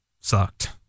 sucked